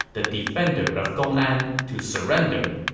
the defender of gongan, to surrender.